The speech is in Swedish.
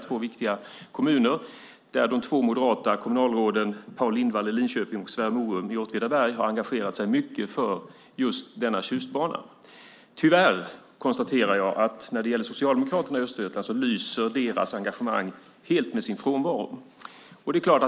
Det är två viktiga kommuner där de två moderata kommunalråden Paul Lindvall i Linköping och Sverre Moum i Åtvidaberg har engagerat sig mycket för just Tjustbanan. När det gäller socialdemokraterna i Östergötland konstaterar jag tyvärr att deras engagemang helt lyser med sin frånvaro.